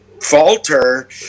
Falter